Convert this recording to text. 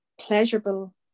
pleasurable